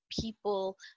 people